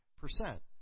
percent